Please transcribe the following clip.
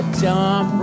jump